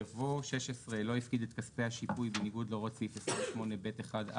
יבוא: "(16) לא הפקיד את כספי השיפוי בניגוד להוראות סעיף 28(ב1)(4)